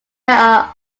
are